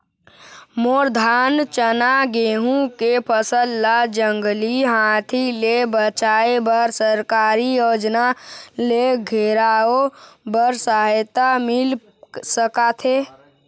मोर धान चना गेहूं के फसल ला जंगली हाथी ले बचाए बर सरकारी योजना ले घेराओ बर सहायता मिल सका थे?